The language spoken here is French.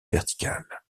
verticales